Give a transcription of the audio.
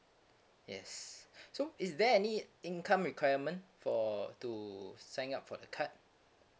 yes so is there any income requirement for to sign up for the card